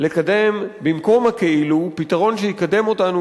לקדם במקום ה"כאילו" פתרון שיקדם אותנו